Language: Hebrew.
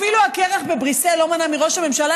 אפילו הקרח בבריסל לא מנע מראש הממשלה